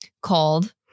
called